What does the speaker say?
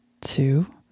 two